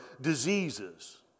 diseases